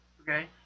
Okay